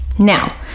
Now